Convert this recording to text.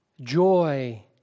joy